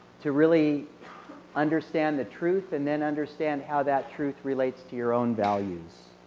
to really understand the truth and then understand how that truth relates to your own values.